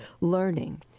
learning